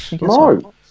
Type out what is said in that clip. No